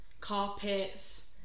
carpets